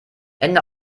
ende